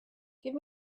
give